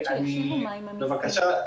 בבקשה,